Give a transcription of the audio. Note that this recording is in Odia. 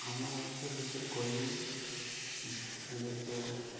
ଆମ ଓଡ଼ିଶା ବିଷୟରେ କହିବି ବଲେ ତ